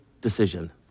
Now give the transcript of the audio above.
decision